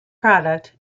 product